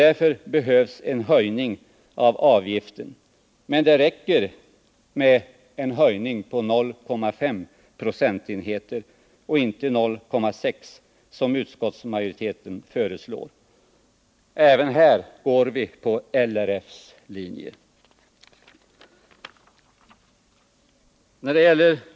Därför behövs en höjning av avgiften. Men det räcker med en höjning på 0,5 procentenheter, inte 0,6 som utskottsmajoriteten föreslår. Även här går vi på LRF:s linje.